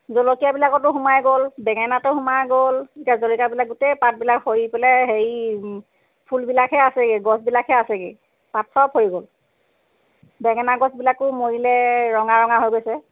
জলকীয়াবিলাকতো সোমাই গ'ল বেঙেনাতো সোমাই গ'ল এতিয়া জলকীয়াবিলাক গোটেই পাতবিলাক সৰি পেলাই হেৰি ফুলবিলাকহে আছেগৈ গছবিলাকহে আছেগৈ পাত চব সৰি গ'ল বেঙেনা গছবিলাকো মৰিলে ৰঙা ৰঙা হৈ গৈছে